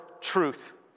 truth